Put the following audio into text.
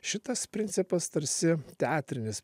šitas principas tarsi teatrinis